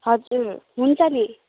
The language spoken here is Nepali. हजुर हुन्छ नि